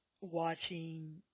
watching